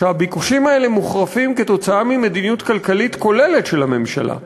שהביקושים האלה מוחרפים כתוצאה ממדיניות כלכלית כוללת של הממשלה.